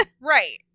Right